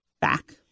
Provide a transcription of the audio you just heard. Back